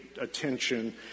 attention